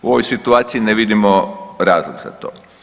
U ovoj situaciji ne vidimo razlog za to.